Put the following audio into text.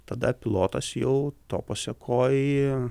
tada pilotas jau to pasekoj